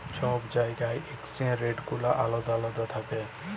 ছব জায়গার exchange rate গুলা আলেদা আলেদা থ্যাকে